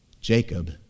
Jacob